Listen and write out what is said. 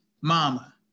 mama